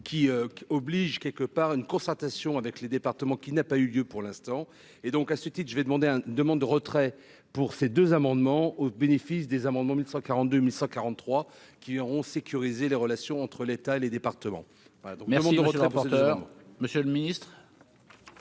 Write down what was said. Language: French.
qui oblige quelque part une concertation avec les départements qui n'a pas eu lieu pour l'instant, et donc à ce titre-je vais demander : demande de retrait pour ces 2 amendements au bénéfice des amendements 1000 100 42 1000 100 43 qui auront sécurisé les relations entre l'État, les départements, pardon, mais avant d'autres transporteurs. Monsieur le Ministre.